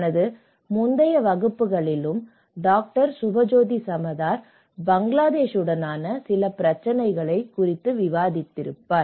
தனது முந்தைய வகுப்புகளிலும் டாக்டர் சுபஜோதி சமதார் பங்களாதேஷுடனான சில பிரச்சினைகள் குறித்து விவாதித்தார்